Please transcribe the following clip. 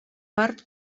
part